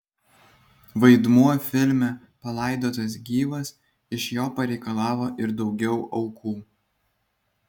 vaidmuo filme palaidotas gyvas iš jo pareikalavo ir daugiau aukų